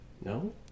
No